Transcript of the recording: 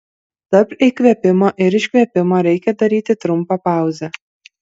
tarp įkvėpimo ir iškvėpimo reikia daryti trumpą pauzę